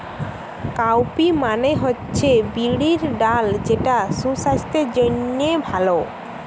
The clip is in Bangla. কাউপি মানে হচ্ছে বিরির ডাল যেটা সুসাস্থের জন্যে ভালো